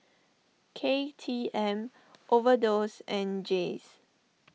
K T M Overdose and Jays